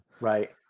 right